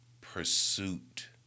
pursuit